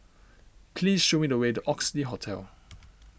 please show me the way to Oxley Hotel